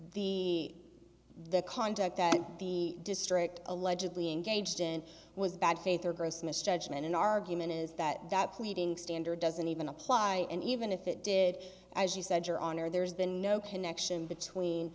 the the conduct that the district allegedly engaged in was bad faith or gross misjudgment an argument is that that pleading standard doesn't even apply and even if it did as you said your honor there's been no connection between